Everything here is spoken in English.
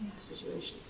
situations